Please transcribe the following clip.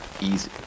easy